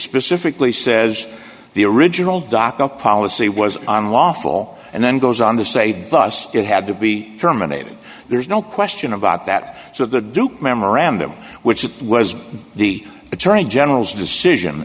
specifically says the original doc a policy was unlawful and then goes on to say the bus had to be terminated there's no question about that so the duke memorandum which was the attorney general's decision